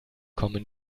kommen